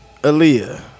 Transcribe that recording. Aaliyah